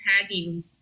tagging